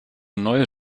neue